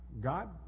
God